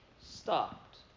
stopped